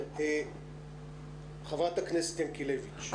חברת הכנסת ינקלביץ'.